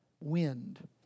wind